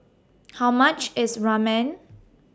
How much IS Ramen